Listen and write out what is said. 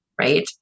right